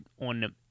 on